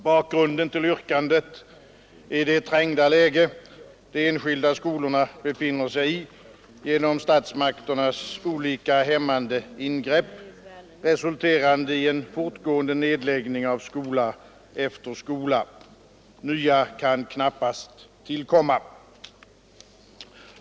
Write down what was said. Bakgrunden till yrkandet är det trängda läge de enskilda skolorna befinner sig i på grund av statsmakternas olika hämmande ingrepp, resulterande i en fortgående nedläggning av skola efter skola. Nya kan knappast tillkomma.